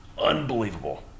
Unbelievable